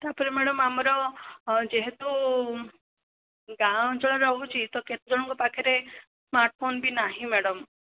ତାପରେ ମ୍ୟାଡ଼ମ ଆମର ଯେହେତୁ ଗାଁ ଅଞ୍ଚଳ ରହୁଛି ତ କେତେ ଜଣଙ୍କ ପାଖରେ ସ୍ମାର୍ଟଫୋନ ବି ନାହିଁ ମ୍ୟାଡ଼ମ